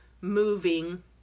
moving